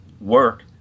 work